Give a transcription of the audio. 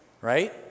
right